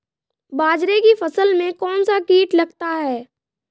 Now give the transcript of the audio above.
बाजरे की फसल में कौन सा कीट लगता है?